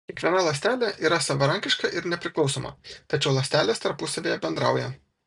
kiekviena ląstelė yra savarankiška ir nepriklausoma tačiau ląstelės tarpusavyje bendrauja